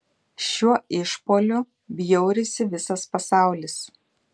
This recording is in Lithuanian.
šiuo išpuoliu bjaurisi visas pasaulis